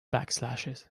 backslashes